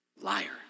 Liar